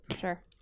sure